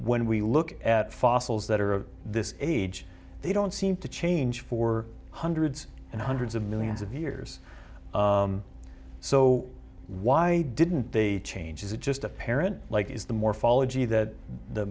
when we look at fossils that are of this age they don't seem to change for hundreds and hundreds of millions of years so why didn't they change is it just apparent like is the morphology that the